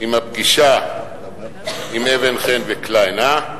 הפגישה עם אבן-חן וקליין, אה?